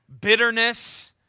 bitterness